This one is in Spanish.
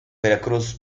veracruz